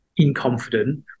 inconfident